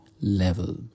level